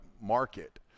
market